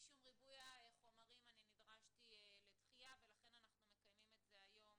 משום ריבוי החומרים אני נדרשתי לדחייה ולכן אנחנו מקיימים את זה היום